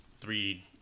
three